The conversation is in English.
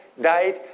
died